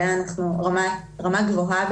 גבוהה,